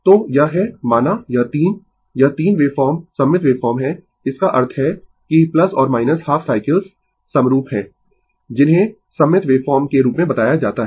तो यह है माना यह 3 यह 3 वेव फॉर्म सममित वेव फॉर्म है इसका अर्थ है कि और हाफ साइकल्स समरूप है जिन्हें सममित वेव फॉर्म के रूप में बताया जाता है